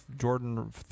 Jordan